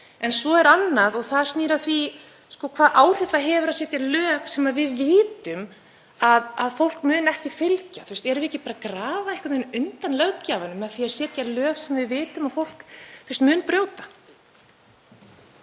Svo er annað og það snýr að því hvaða áhrif það hefur að setja lög sem við vitum að fólk mun ekki fylgja. Erum við ekki bara grafa einhvern veginn undan löggjafanum með því að setja lög sem við vitum að fólk mun brjóta?